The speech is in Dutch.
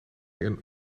een